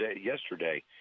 yesterday